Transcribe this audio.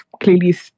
clearly